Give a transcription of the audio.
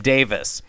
Davis